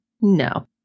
No